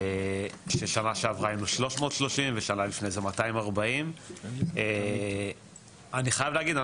כשבשנה שעברה היינו 330 ושנה לפני 240. אני חייב להגיד,